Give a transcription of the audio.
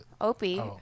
Opie